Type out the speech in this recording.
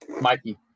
Mikey